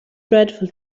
dreadful